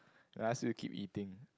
I ask you to keep eating